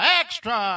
extra